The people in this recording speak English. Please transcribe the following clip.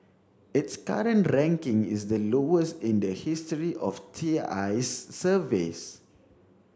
its current ranking is the lowest in the history of T I's surveys